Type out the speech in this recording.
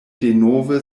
denove